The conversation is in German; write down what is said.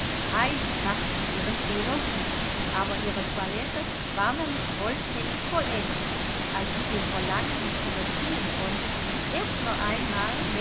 eilig machte sie ihren fehler gut aber ihre toilette war noch nicht vollständig vollendet als sie dem verlangen nicht widerstehen konnte erst noch einmal